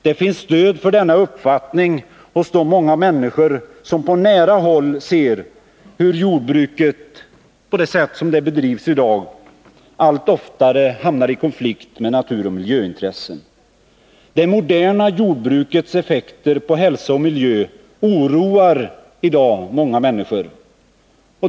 Det finns stöd för denna uppfattning hos de många människor som på nära håll ser hur jordbruket, på det sätt det bedrivs i dag, allt oftare hamnar i konflikt med naturoch miljöintressen. Det moderna jordbrukets effekter på hälsa och miljö oroar i dag många människor.